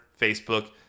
Facebook